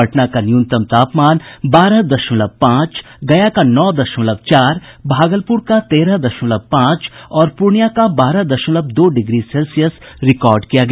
पटना का न्यूनतम तापमान बारह दशमलव पांच गया का नौ दशमलव चार भागलपुर का तेरह दशमलव पांच और पूर्णिया का बारह दशमलव दो डिग्री सेल्सियस रिकॉर्ड किया गया